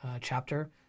chapter